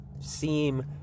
seem